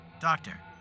Doctor